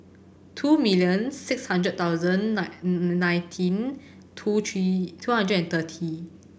two millions six hundred thousand nine nineteen two three two hundred and thirty